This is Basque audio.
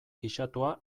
gisatua